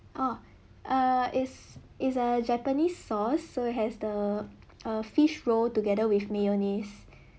oh uh it's it's a japanese sauce so has the err fish roll together with mayonnaise